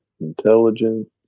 intelligent